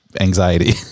anxiety